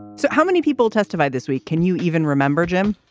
so how many people testify this week can you even remember, jim?